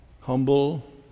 Humble